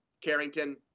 Carrington